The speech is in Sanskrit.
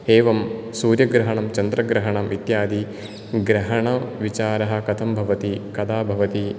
एवं सूर्यग्रहणं चन्द्रग्रहणम् इत्यादि ग्रहणविचारः कथं भवति कदा भवति